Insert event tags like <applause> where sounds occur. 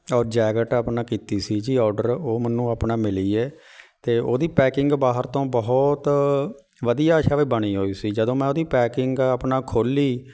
ਉ ਜੈਕਟ ਆਪਣਾ ਕੀਤੀ ਸੀ ਜੀ ਔਡਰ ਉਹ ਮੈਨੂੰ ਆਪਣਾ ਮਿਲੀ ਹੈ ਅਤੇ ਉਹਦੀ ਪੈਕਿੰਗ ਬਾਹਰ ਤੋਂ ਬਹੁਤ ਵਧੀਆ <unintelligible> ਬਣੀ ਹੋਈ ਸੀ ਜਦੋਂ ਮੈਂ ਉਹਦੀ ਪੈਕਿੰਗ ਆਪਣਾ ਖੋਲੀ